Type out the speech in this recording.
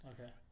Okay